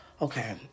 okay